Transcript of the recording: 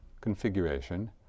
configuration